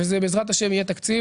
וזה בעזרת השם יהיה תקציב,